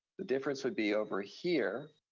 the difference would be over here,